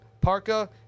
parka